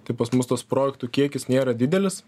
tai pas mus tas projektų kiekis nėra didelis